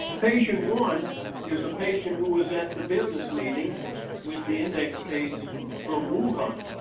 patient one is a patient who was at the business meeting with the index case from wuhan.